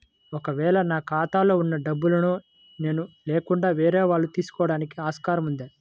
ఒక వేళ నా ఖాతాలో వున్న డబ్బులను నేను లేకుండా వేరే వాళ్ళు తీసుకోవడానికి ఆస్కారం ఉందా?